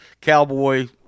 Cowboy